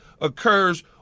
occurs